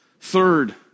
Third